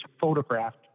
photographed